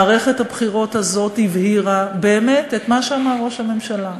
מערכת הבחירות הזאת הבהירה באמת את מה שאמר ראש הממשלה,